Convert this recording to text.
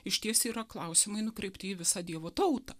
išties yra klausimai nukreipti į visą dievo tautą